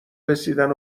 رسیدن